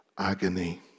Agony